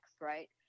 Right